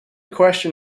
question